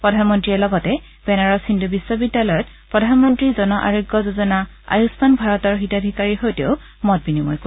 প্ৰধানমন্ত্ৰীয়ে লগতে বেনাৰস হিন্দু বিখ্বিদ্যালয়ত প্ৰধানমন্ত্ৰী জন আৰোগ্য যোঁজনা আয়ুস্মান ভাৰতৰ হিতাধীকাৰীৰ সৈতেও মত বিনিময় কৰিব